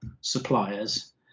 suppliers